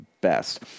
best